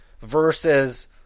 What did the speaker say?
versus